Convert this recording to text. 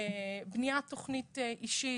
בניית תכנית אישית.